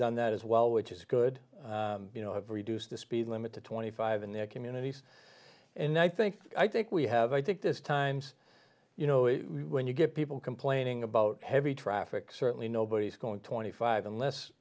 done that as well which is good you know have reduced the speed limit to twenty five dollars in their communities and i think i think we have i think this times you know when you get people complaining about heavy traffic certainly nobody's going to twenty five unless